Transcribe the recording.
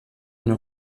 une